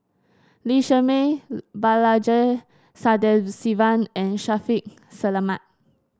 Lee Shermay Balaji Sadasivan and Shaffiq Selamat